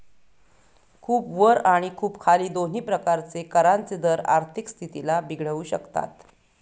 खूप वर आणि खूप खाली दोन्ही प्रकारचे करांचे दर आर्थिक स्थितीला बिघडवू शकतात